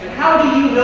how do you